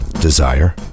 desire